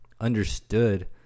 understood